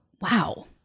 wow